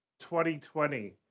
2020